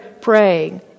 praying